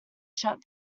shut